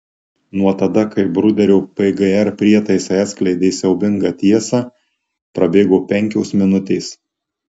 nuo tada kai bruderio pgr prietaisai atskleidė siaubingą tiesą prabėgo penkios minutės